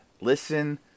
Listen